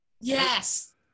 Yes